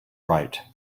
right